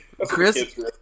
Chris